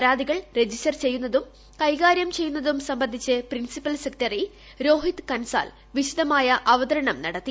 പരാതികൾ രജിസ്റ്റർ ചെയ്യുന്നതും കൈകാര്യം ചെയ്യുന്നതും സംബന്ധിച്ച് പ്രിൻസിപ്പൽ സെക്രട്ടറി രോഹിത് കൻസാൽ വിശദമായ അവതരണം നടത്തി